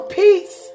peace